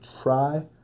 try